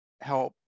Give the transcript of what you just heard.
help